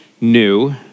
new